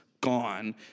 Gone